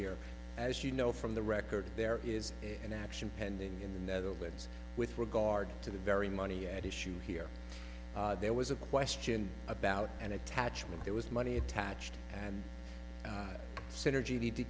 here as you know from the record there is an action pending in the netherlands with regard to the very money at issue here there was a question about an attachment there was money attached and synergy